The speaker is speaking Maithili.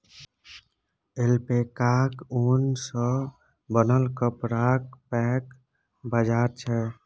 ऐल्पैकाक ऊन सँ बनल कपड़ाक पैघ बाजार छै